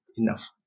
enough